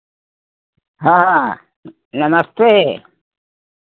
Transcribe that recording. हाँ हाँ नमस्ते